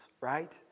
right